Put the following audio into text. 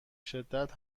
شدت